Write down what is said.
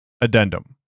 Addendum